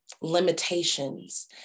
limitations